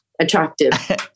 attractive